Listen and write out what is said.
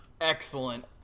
Excellent